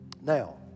Now